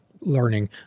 learning